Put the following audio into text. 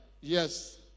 Yes